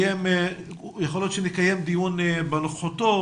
יכול להיות שנקיים דיון בנוכחותו,